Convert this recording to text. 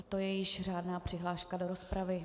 A to je již řádná přihláška do rozpravy.